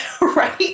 right